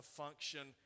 function